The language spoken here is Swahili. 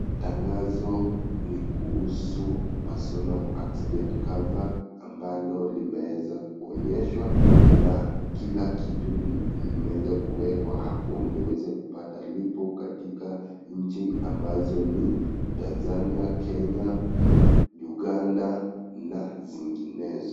Tangazo ni kuhusu personal accident cover ambalo limeeza kuonyeshwa na kila kitu limeza kuwekwa hapo ndio uweze kupata lipo katika nchi ambazo ni Tanzania, Kenya, Uganda na zinginezo.